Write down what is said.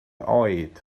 oed